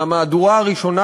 מהמהדורה הראשונה,